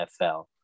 NFL